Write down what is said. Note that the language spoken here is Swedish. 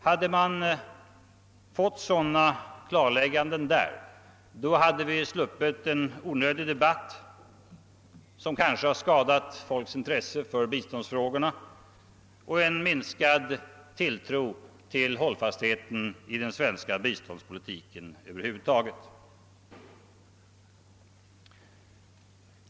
Hade det skett, hade vi ju sluppit en onödig debatt och minskad tilltro till hållfastheten i den svenska biståndspolitiken. Herr talman!